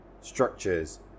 structures